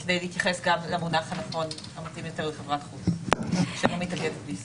זה מתייחס גם למונח המתאים יותר לחברת חוץ שלא מתאגדת בישראל.